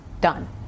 done